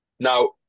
Now